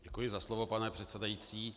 Děkuji za slovo, pane předsedající.